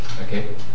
Okay